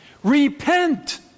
repent